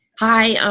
hi,